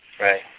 Right